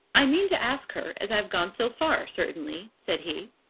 i mean to ask her as i've gone so far, certainly, said he.